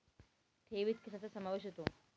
ठेवीत कशाचा समावेश होतो?